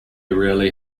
rarely